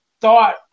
thought